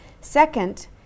Second